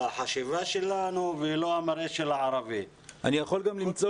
בחשיבה שלנו ולא המראה של הערבי -- אני יכול גם למצוא